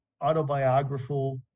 autobiographical